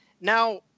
Now